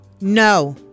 No